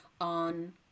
on